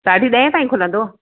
साढी ॾहे ताईं खुलंदो